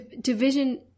division